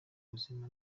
buzima